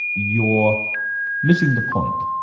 you're missing the point.